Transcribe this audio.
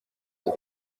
with